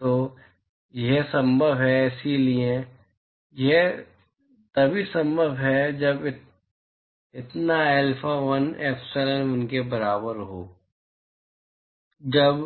तो यह संभव है इसलिए यह तभी संभव है जब इतना अल्फा 1 एप्सिलॉन 1 के बराबर हो जब